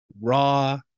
Raw